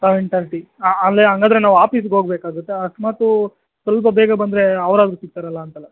seven thirty ಹಾಂ ಅಲ್ಲಿ ಹಂಗಾದ್ರೆ ನಾವು ಆಪೀಸ್ಗೆ ಹೋಗ್ಬೇಕಾಗುತ್ತೆ ಅಕಸ್ಮಾತ್ ಸ್ವಲ್ಪ ಬೇಗ ಬಂದರೇ ಅವರಾದ್ರೂ ಸಿಗ್ತಾರಲ್ಲ ಅಂತಲ್ಲ